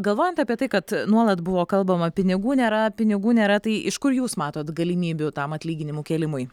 galvojant apie tai kad nuolat buvo kalbama pinigų nėra pinigų nėra tai iš kur jūs matot galimybių tam atlyginimų kėlimui